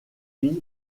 fille